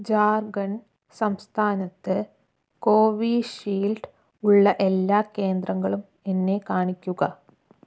ജാർഖണ്ഡ് സംസ്ഥാനത്ത് കോവിഷീൽഡ് ഉള്ള എല്ലാ കേന്ദ്രങ്ങളും എന്നെ കാണിക്കൂ